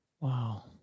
Wow